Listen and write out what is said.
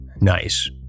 Nice